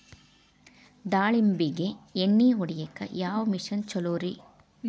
ದಾಳಿಂಬಿಗೆ ಎಣ್ಣಿ ಹೊಡಿಯಾಕ ಯಾವ ಮಿಷನ್ ಛಲೋರಿ?